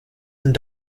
and